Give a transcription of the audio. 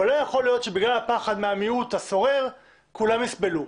אבל לא יכול להיות שבגלל הפחד מהמיעוט הסורר כולם יסבלו.